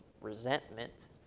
resentment